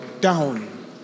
down